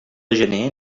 gener